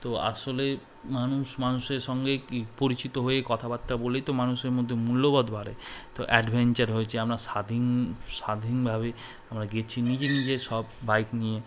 তো আসলে মানুষ মানুষের সঙ্গে ক পরিচিত হয়ে কথাবার্তা বলেই তো মানুষের মধ্যে মূল্যবোধ বাড়ে তো অ্যাডভেঞ্চার হয়েছে আমরা স্বাধীন স্বাধীনভাবে আমরা গেছি নিজে নিজে সব বাইক নিয়ে